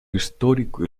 histórico